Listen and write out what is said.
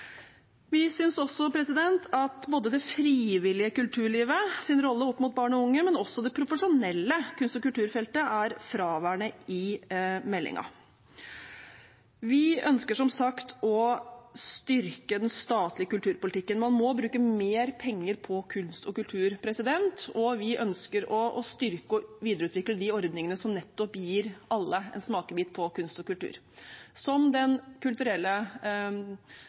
Vi synes også at det frivillige kulturlivets rolle når det gjelder barn og unge, men også det profesjonelle kunst- og kulturfeltet, er fraværende i meldingen. Vi ønsker som sagt å styrke den statlige kulturpolitikken. Man må bruke mer penger på kunst og kultur. Vi ønsker å styrke og videreutvikle de ordningene som gir alle en smakebit av kunst og kultur. Den kulturelle bæremeisen, Den kulturelle